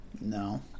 No